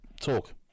talk